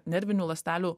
nervinių ląstelių